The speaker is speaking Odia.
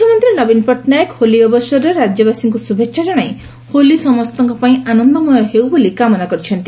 ମୁଖ୍ୟମନ୍ତୀ ନବୀନ ପଟ୍ଟନାୟକ ହୋଲି ଅବସରରେ ରାଜ୍ୟବାସୀଙ୍କୁ ଶୁଭେଛା ଜଣାଇ ହୋଲି ସମସ୍ତଙ୍କ ପାଇଁ ଆନନ୍ଦମୟ ହେଉ ବୋଲି କାମନା କରିଛନ୍ତି